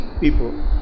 people